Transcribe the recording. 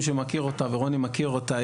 מי שמכיר אותה ורוני מכיר אותה,